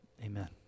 Amen